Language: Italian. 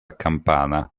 campana